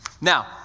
Now